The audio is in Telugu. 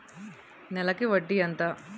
నెలకి వడ్డీ ఎంత?